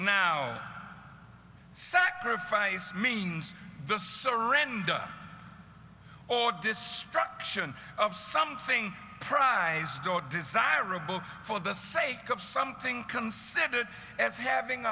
now sacrifice means the surrender or destruction of something prize door desirable for the sake of something considered as having